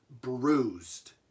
bruised